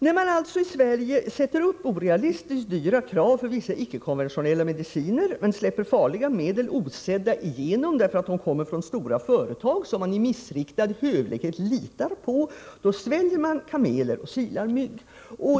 När man alltså i Sverige för vissa icke-konventionella mediciner ställer upp krav på tester som är orealistiskt dyra att genomföra, men släpper farliga medel osedda igenom därför att de kommer från stora företag som man i missriktad hövlighet ”litar” på, sväljer man kameler och silar mygg.